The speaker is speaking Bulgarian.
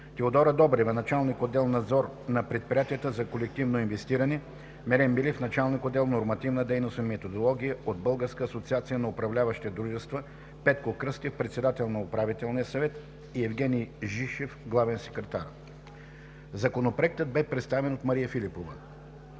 Теодора Добрева – началник-отдел „Надзор на предприятията за колективно инвестиране“, Милен Милев – началник отдел „Нормативна дейност и методология“; от Българската асоциация на управляващите дружества – Петко Кръстев, председател на Управителния съвет, и Евгений Жишев – главен секретар. Законопроектът бе представен от Мария Филипова.